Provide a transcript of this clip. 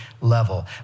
level